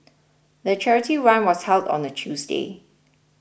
the charity run was held on a Tuesday